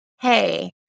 Hey